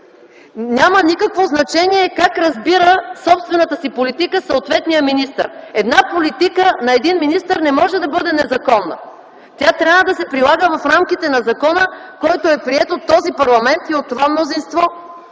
Няма никакво значение как разбира собствената си политика съответният министър. Една политика на един министър не може да бъде незаконна. Тя трябва да се прилага в рамките на закона, който е приет от този парламент и от това мнозинство.